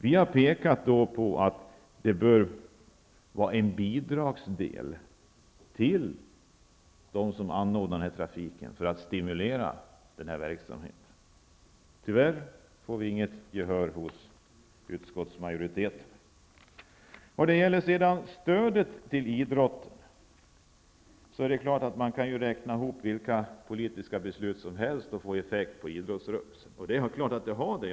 Vi har menat att det bör ges en bidragsdel till dem som anordnar trafiken för att stimulera denna verksamhet. Tyvärr får vi inget gehör hos utskottsmajoriteten. När det sedan gäller stödet till idrotten kan man räkna på vilka politiska beslut som helst och se effekt på idrottsrörelsen. Det är klart att de har en effekt.